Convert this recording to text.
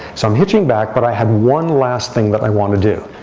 so i'm hitching back. but i had one last thing that i want to do,